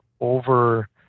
over